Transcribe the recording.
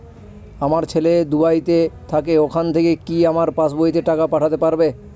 আমার ছেলে দুবাইতে থাকে ওখান থেকে কি আমার পাসবইতে টাকা পাঠাতে পারবে?